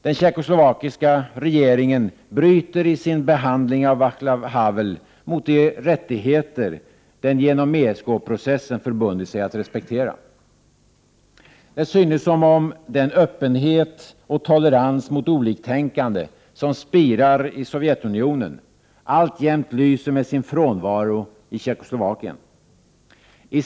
Den tjeckoslovakiska regeringen bryter i sin behandling av Våclav Havel mot de rättigheter den genom ESK-processen förbundit sig att respektera. Det synes som om den öppenhet och tolerans mot oliktänkande som spirar i Sovjetunionen alltjämt lyser med sin frånvaro i Tjeckoslovakien.